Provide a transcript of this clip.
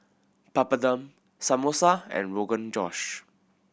Papadum Samosa and Rogan Josh